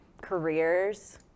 careers